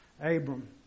Abram